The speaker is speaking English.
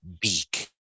beak